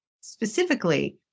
specifically